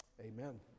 amen